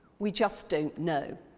we just don't know.